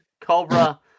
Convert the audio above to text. Cobra